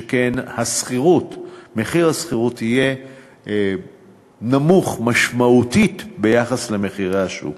שכן מחיר השכירות יהיה נמוך משמעותית ביחס למחירי השוק,